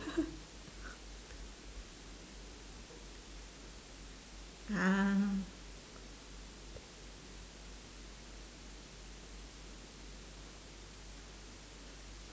ah